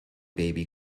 baby